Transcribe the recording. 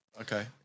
Okay